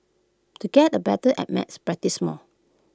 to get A better at maths practise more